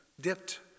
dipped